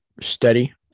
steady